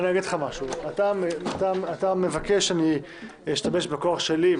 אתה מבקש שאני אשתמש בכוח שלי,